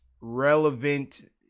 relevant